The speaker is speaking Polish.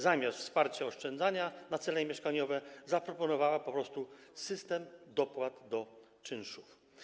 Zamiast wsparcia oszczędzania na cele mieszkaniowe zaproponowała po prostu system dopłat do czynszów.